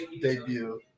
debut